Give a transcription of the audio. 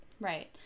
Right